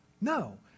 No